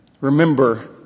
remember